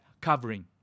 covering